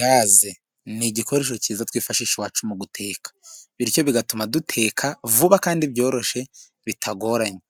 Gaze ni igikoresho cyiza, twifashisha iwacu mu guteka, bityo bigatuma duteka vuba kandi byoroshye bitagoranye,